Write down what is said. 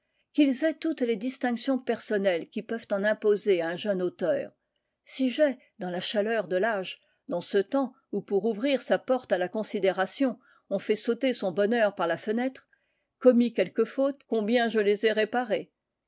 qu'ils aient toutes les distinctions personnelles qui peuvent en imposer à un jeune auteur si j'ai dans la chaleur de l'âge dans ce temps où pour ouvrir sa porte à la considération on fait sauter son bonheur par la fenêtre commis quelques fautes combien je les ai réparées